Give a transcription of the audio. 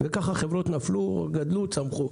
וכך חברות נפלו, גדלו וצמחו.